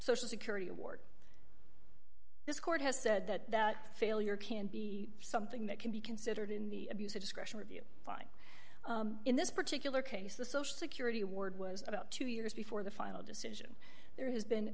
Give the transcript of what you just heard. social security award this court has said that failure can be something that can be considered in the abuse of discretion review by in this particular case the social security ward was about two years before the final decision there has been